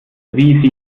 wie